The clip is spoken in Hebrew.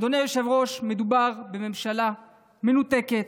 אדוני היושב-ראש, מדובר בממשלה מנותקת.